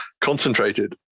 concentrated